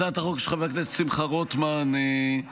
הצעת החוק של חבר הכנסת שמחה רוטמן עוסקת